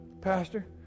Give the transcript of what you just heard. Pastor